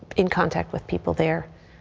in contact with people there.